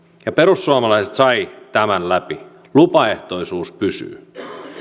ja perussuomalaiset sai tämän läpi lupaehtoisuus pysyy